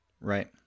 Right